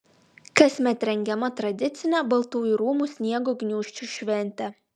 kasmet rengiama tradicinė baltųjų rūmų sniego gniūžčių šventė